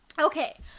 okay